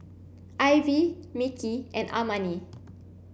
Ivie Mickie and Amani